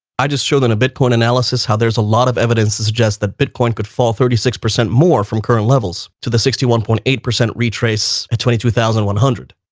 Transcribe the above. i just showed on a bitcoin analysis how there's a lot of evidence to suggest that bitcoin could fall. thirty six percent more from current levels to the sixty one point eight percent retrace at twenty two thousand one hundred.